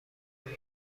بدون